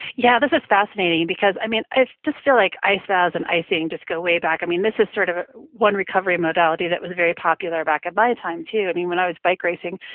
yeah, this is fascinating because, i mean, i just feel like ice baths and icing just go way back. i mean, this is sort of one recovery modality that was very popular back in my time too. i mean, when i was bike racing,